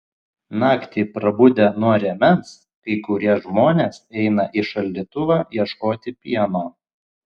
naktį prabudę nuo rėmens kai kurie žmonės eina į šaldytuvą ieškoti pieno